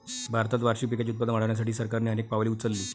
भारतात वार्षिक पिकांचे उत्पादन वाढवण्यासाठी सरकारने अनेक पावले उचलली